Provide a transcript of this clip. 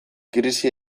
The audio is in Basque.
krisi